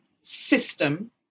system